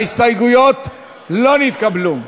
ההסתייגויות לא נתקבלו.